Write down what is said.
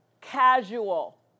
casual